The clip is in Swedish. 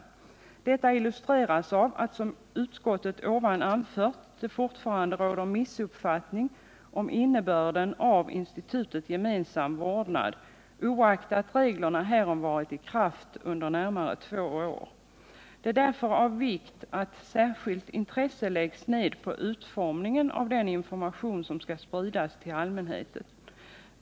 Detta Nr 53 illustreras av att, såsom utskottet ovan anfört, det fortfarande råder missuppfattning om innebörden av institutet gemensam vårdnad, oaktat reglerna härom varit i kraft i det närmaste två år. Det är därför av vikt att särskilt intresse läggs ned på utformningen av den information som skall — Underhåll till barn spridas till allmänheten.